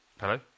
Hello